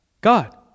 God